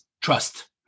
trust